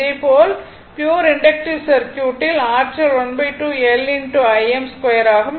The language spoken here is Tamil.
இதே போல் ப்யுர் இண்டக்ட்டிவ் சர்க்யூட்டில் ஆற்றல் 12 L Im2 ஆகும்